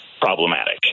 problematic